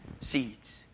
seeds